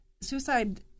suicide